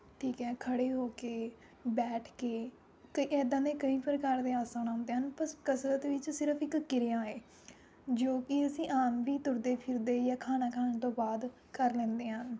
ਠੀਕ ਹੈ ਖੜ੍ਹੇ ਹੋ ਕੇ ਬੈਠ ਕੇ ਅਤੇ ਏਦਾ ਦੇ ਕਈ ਪ੍ਰਕਾਰ ਦੇ ਆਸਣ ਆਉਂਦੇ ਹਨ ਬਸ ਕਸਰਤ ਵਿੱਚ ਸਿਰਫ ਇੱਕ ਕਿਰਿਆ ਹੈ ਜੋ ਕਿ ਅਸੀਂ ਆਮ ਵੀ ਤੁਰਦੇ ਫਿਰਦੇ ਜਾਂ ਖਾਣਾ ਖਾਣ ਤੋਂ ਬਾਅਦ ਕਰ ਲੈਂਦੇ ਹਾਂ